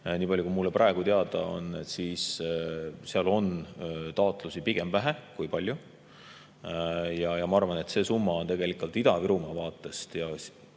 Nii palju, kui mulle praegu teada on, on seal taotlusi pigem vähe kui palju. Ma arvan, et see summa on tegelikult Ida-Virumaa vaatest